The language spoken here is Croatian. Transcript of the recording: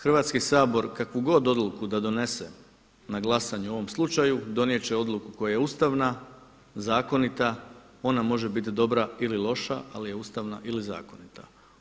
Hrvatski sabor kakvu god odluku da donese na glasanje u ovom slučaju donijet će odluku koja je ustavna, zakonita ona može biti dobra ili loša, ali je ustavna ili zakonita.